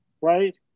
right